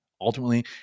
ultimately